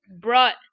brought